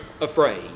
afraid